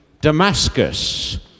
Damascus